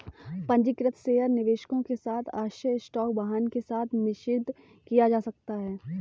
पंजीकृत शेयर निवेशकों के साथ आश्चर्य स्टॉक वाहन के साथ निषिद्ध किया जा सकता है